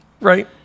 Right